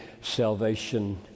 salvation